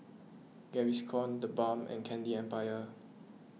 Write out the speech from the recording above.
Gaviscon the Balm and Candy Empire